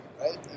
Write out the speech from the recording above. right